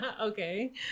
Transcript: Okay